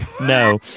no